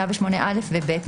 108(א) ו-(ב),